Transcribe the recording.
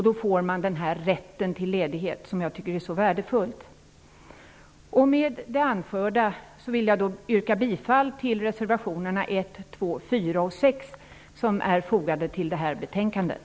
Då får man den rätt till ledighet som jag tycker är så värdefull. Med det anförda yrkar jag bifall till reservationerna 1, 2, 4 och 6 som är fogade till betänkandet.